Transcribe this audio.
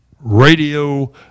Radio